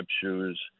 shoes